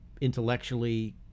intellectually